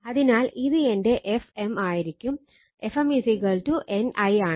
അതിനാൽ ഇത് എന്റെ Fm ആയിരിക്കും Fm N I ആണ്